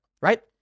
right